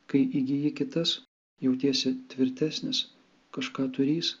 kai įgyji kitas jautiesi tvirtesnis kažką turįs